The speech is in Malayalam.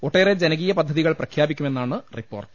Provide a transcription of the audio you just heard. ഒട്ടേറെ ജനകീയ പദ്ധതി കൾ പ്രഖ്യാപിക്കുമെന്നാണ് റിപ്പോർട്ട്